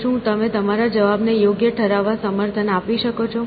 તો શું તમે તમારા જવાબ ને યોગ્ય ઠરાવવા સમર્થન આપી શકો છો